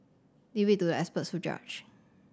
leave it to the experts to judge